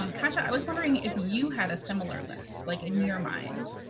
um katya, i was wondering if you had a similar list? like in your mind?